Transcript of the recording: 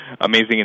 amazing